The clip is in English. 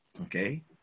Okay